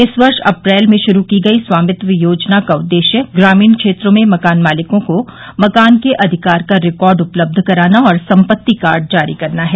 इस वर्ष अप्रैल में शुरू की गई स्वामित्व योजना का उदेश्य ग्रामीण क्षेत्रों में मकान मालिकों को मकान के अधिकार का रिकॉर्ड उपलब्ध कराना और संपत्ति कार्ड जारी करना है